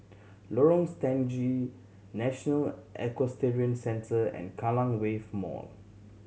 Lorong Stangee National Equestrian Centre and Kallang Wave Mall